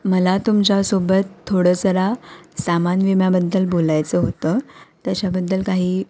मला तुमच्यासोबत थोडं जरा सामान विम्याबद्दल बोलायचं होतं त्याच्याबद्दल काही